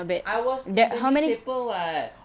I was in the newspaper [what]